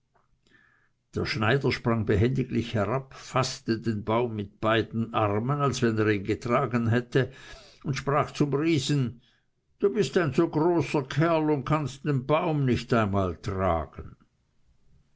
der schneider sprang behendiglich herab faßte den baum mit beiden armen als wenn er ihn getragen hätte und sprach zum riesen du bist ein so großer kerl und kannst den baum nicht einmal tragen